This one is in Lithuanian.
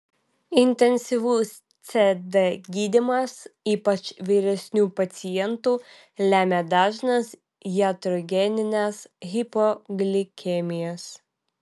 intensyvus cd gydymas ypač vyresnių pacientų lemia dažnas jatrogenines hipoglikemijas